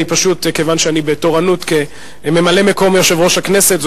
כיוון שאני בתורנות כממלא-מקום יושב-ראש הכנסת.